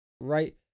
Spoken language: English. right